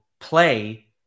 play